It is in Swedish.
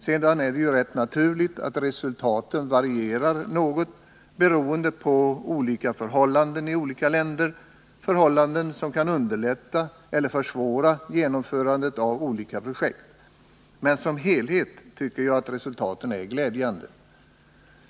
Sedan är det ju rätt naturligt att resultaten varierar något beroende på att det råder olika förhållanden i olika länder, förhållanden som kan underlätta eller försvåra genomförandet av olika projekt. Men som helhet är resultaten enligt min mening glädjande.